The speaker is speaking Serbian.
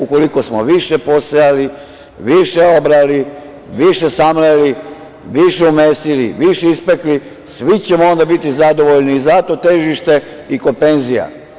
Ukoliko smo više posejali, više obrali, više samleli, više umesili, više ispekli, svi ćemo onda biti zadovoljni i zato je težište i kod penzija.